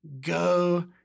Go